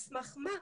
על סמך מה?